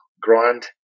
grind